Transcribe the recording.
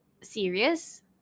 serious